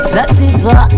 Sativa